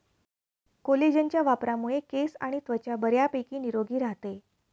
कोलेजनच्या वापरामुळे केस आणि त्वचा बऱ्यापैकी निरोगी राहते